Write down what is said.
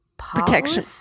Protection